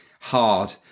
hard